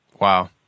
wow